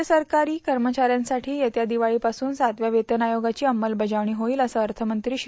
राज्य सरकारी कर्मचाऱ्यांसाठी येत्या दिवाळीपासून सातव्या वेतन आयोगाची अंमलबजावणी होईल असं अर्थमंत्री श्री